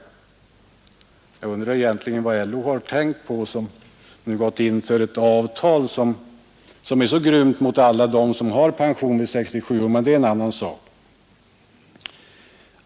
Jag undrar egentligen vad LO tänker på som gått in för ett avtal som är så grymt mot alla dem som nu pensioneras vid 67 års ålder — men det är en annan sak.